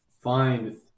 find